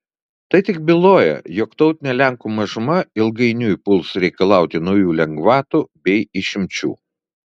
tai tik byloja jog tautinė lenkų mažuma ilgainiui puls reikalauti naujų lengvatų bei išimčių